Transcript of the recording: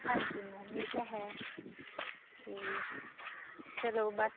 ਹਾਂਜੀ ਮੈਮ ਇਹ ਤਾਂ ਹੈ ਤੇ ਚਲੋ ਬਾਕੀ